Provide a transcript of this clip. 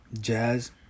Jazz